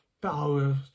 power